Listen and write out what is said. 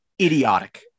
Idiotic